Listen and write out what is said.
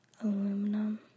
aluminum